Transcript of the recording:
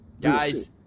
Guys